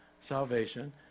salvation